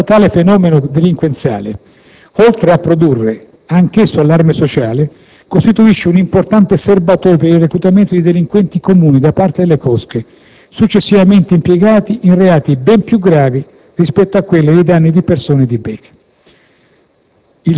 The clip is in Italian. in quanto tale fenomeno delinquenziale, oltre a produrre anch'esso allarme sociale, costituisce un importante serbatoio per il reclutamento di delinquenti comuni da parte delle cosche successivamente impiegati in reati ben più gravi rispetto ai danni di persone e di beni.